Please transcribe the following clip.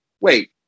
wait